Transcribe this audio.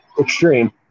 extreme